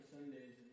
Sundays